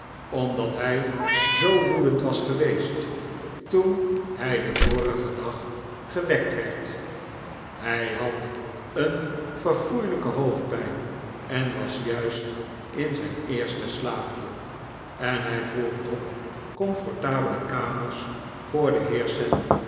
omdat hij zoo woedend was geweest toen hij den vorigen dag gewekt werd hij had een verfoeilijke hoofdpijn en was juist in zijn eerste slaapje en hij vroeg dob comfortabele kamers voor den